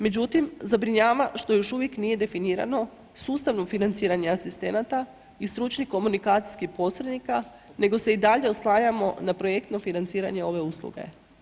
Međutim, zabrinjava što još uvijek nije definirano sustavno financiranje asistenata i stručnih komunikacijskih posrednika, nego se i dalje oslanjamo na projektno financiranje ove usluge.